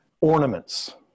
ornaments